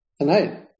Tonight